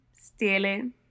stealing